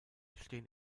stehen